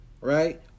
right